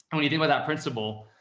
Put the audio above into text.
when you deal with that principal,